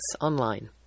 Online